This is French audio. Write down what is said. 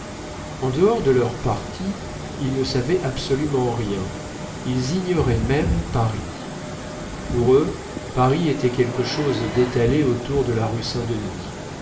en dehors de leur partie ils ne savaient absolument rien ils ignoraient même paris pour eux paris était quelque chose d'étalé autour de la rue saint-denis